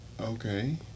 Okay